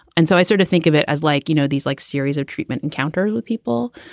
and so i sort of think of it as like, you know, these like series of treatment encounters with people.